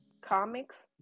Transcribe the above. comics